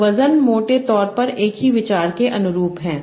तो वज़न मोटे तौर पर एक ही विचार के अनुरूप है